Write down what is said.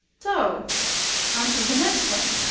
so onto the next thing,